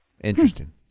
Interesting